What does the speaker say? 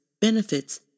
benefits